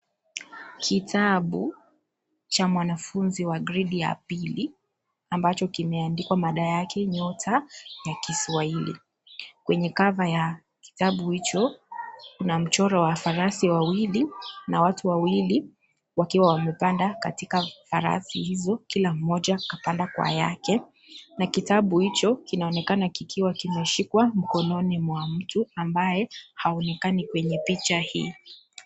Kitabu, cha mwanafunzi wa gredi ya pili, ambacho kimeandikwa mada yake, nyota, ya kiswahili, kwenye (cs) cover(cs) ya, kitabu hicho, kuna mchoro wa farasi wawili, na watu wawili, wakiwa mepanda katika farasi hizo, kila mmoja kapanda kwa yake, na kitabu hicho, kinaonekana kikiwa kimeshikwa, mkononi mwa mtu, ambaye, haonekani kwenye picha hii.